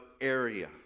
area